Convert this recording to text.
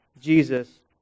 Jesus